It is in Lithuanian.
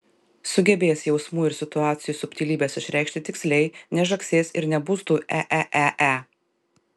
sugebės jausmų ir situacijų subtilybes išreikšti tiksliai nežagsės ir nebus tų e e e e